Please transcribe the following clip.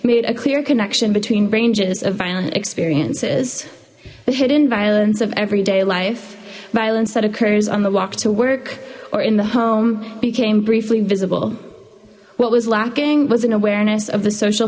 made a clear connection between ranges of violent experiences the hidden violence of everyday life violence that occurs on the walk to work or in the home became briefly visible what was lacking was an awareness of the social